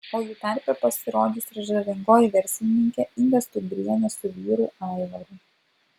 o jų tarpe pasirodys ir žavingoji verslininkė inga stumbrienė su vyru aivaru